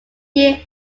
year